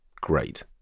great